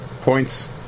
points